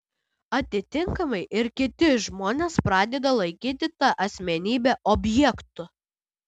atitinkamai ir kiti žmonės pradeda laikyti tą asmenybę objektu